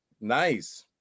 Nice